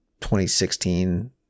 2016